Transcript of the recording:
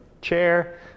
chair